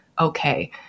okay